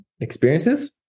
experiences